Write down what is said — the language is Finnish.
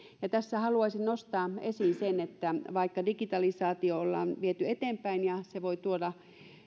tässä haluaisin nostaa esiin sen että vaikka digitalisaatiota ollaan viety eteenpäin ja se voi tuoda